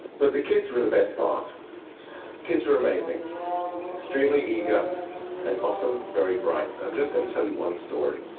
but the kids were the best part. the kids were amazing extremely eager and often very bright. and i'm just going to tell you one story,